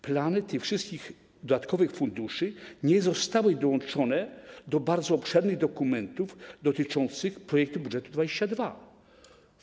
Plany tych wszystkich dodatkowych funduszy nie zostały dołączone do bardzo obszernych dokumentów dotyczących projektu budżetu 2022.